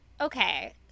okay